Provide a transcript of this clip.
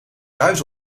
ruis